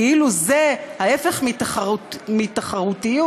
כאילו זה ההפך מתחרותיות,